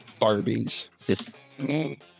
Barbies